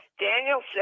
Daniel